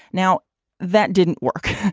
now that didn't work.